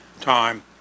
time